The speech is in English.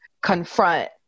confront